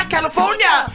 California